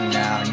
now